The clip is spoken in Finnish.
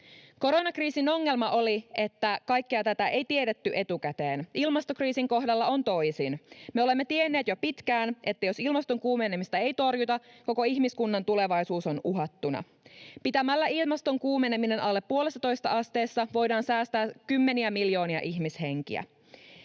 Koronakriisin ongelma oli, että kaikkea tätä ei tiedetty etukäteen. Ilmastokriisin kohdalla on toisin. Me olemme tienneet jo pitkään, että jos ilmaston kuumenemista ei torjuta, koko ihmiskunnan tulevaisuus on uhattuna. Pitämällä ilmaston kuumeneminen alle 1,5 asteessa voidaan säästää kymmeniä miljoonia ihmishenkiä.